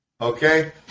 Okay